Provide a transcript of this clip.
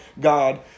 God